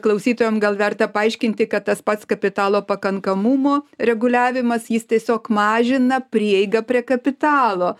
klausytojam gal verta paaiškinti kad tas pats kapitalo pakankamumo reguliavimas jis tiesiog mažina prieigą prie kapitalo